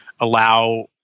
allow